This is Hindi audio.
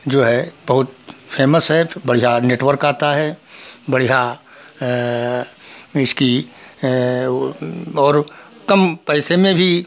जो है बहुत फेमस है तो बढ़िया नेटवर्क आता है बढ़िया इसकी वह और कम पैसे में भी